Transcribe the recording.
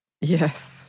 Yes